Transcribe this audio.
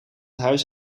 huis